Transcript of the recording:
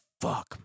fuck